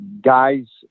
Guys